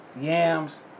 yams